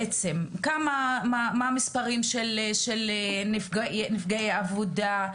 בעצם, מה המספרים של נפגעי עבודה,